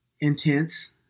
intense